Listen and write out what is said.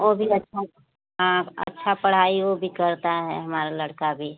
ओ भी अच्छा हाँ अच्छा पढ़ाई वो भी करता है हमारा लड़का भी